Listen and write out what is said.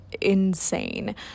insane